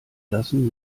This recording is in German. lassen